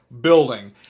building